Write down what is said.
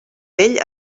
vell